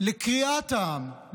לקריעת העם,